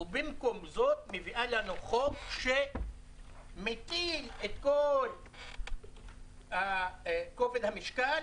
ובמקום זאת מביאה לנו חוב שמטיל את כל כובד המשקל